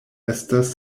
estas